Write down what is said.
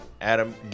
Adam